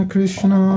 Krishna